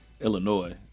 Illinois